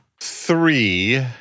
three